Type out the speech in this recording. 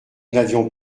n’avions